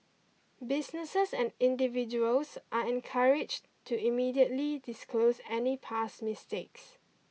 businesses and individuals are encouraged to immediately disclose any past mistakes